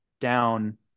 down